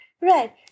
right